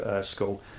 school